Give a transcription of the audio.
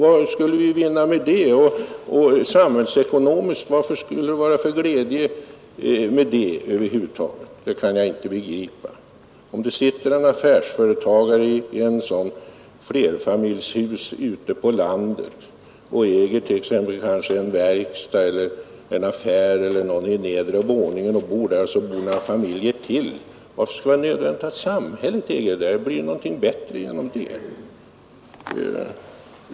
Vad skulle vi samhällsekonomiskt vinna med det? Vad skulle det vara för glädje med det över huvud taget? Om det sitter en företagare i ett sådant flerfamiljshus ute på landet och äger kanske en verkstad eller en affär i nedre våningen och hans familj och några familjer till bor i huset, varför skulle det vara nödvändigt att samhället äger huset?